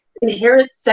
inherent